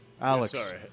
Alex